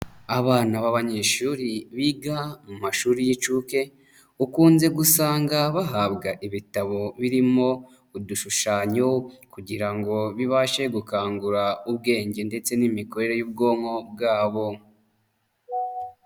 Abana b'abanyeshuri biga mu mashuri y'inshuke ukunze gusanga bahabwa ibitabo birimo udushushanyo kugira ngo bibashe gukangura ubwenge ndetse n'imikorere y'ubwonko bwabo.